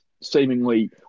seemingly